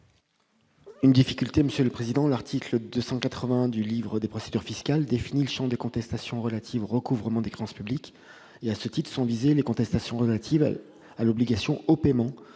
Une difficulté se pose. L'article L. 281 du livre des procédures fiscales définit le champ des contestations relatives au recouvrement des créances publiques. À ce titre sont visées les contestations relatives à l'obligation « au » paiement,